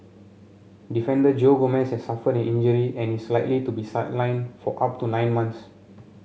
defender Joe Gomez suffered an injury and is likely to be sidelined for up to nine months